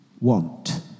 want